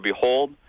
behold